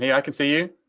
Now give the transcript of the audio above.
i can see you.